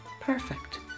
Perfect